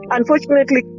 Unfortunately